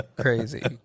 crazy